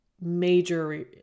major